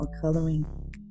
coloring